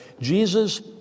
Jesus